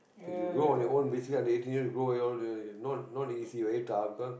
you go on your own basically under eighteen you go on your own you~ not not easy very tough because